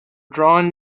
drawn